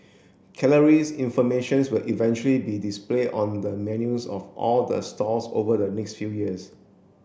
calories informations will eventually be display on the menus of all the stalls over the next few years